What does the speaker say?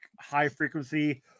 high-frequency